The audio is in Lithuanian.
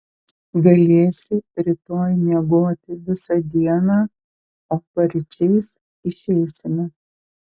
galėsi rytoj miegoti visą dieną o paryčiais išeisime